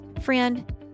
Friend